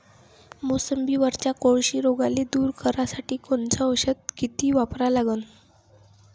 मोसंबीवरच्या कोळशी रोगाले दूर करासाठी कोनचं औषध किती वापरा लागन?